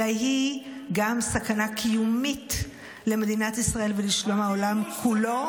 אלא היא גם סכנה קיומית למדינת ישראל ולשלום העולם כולו.